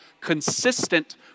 consistent